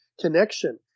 connection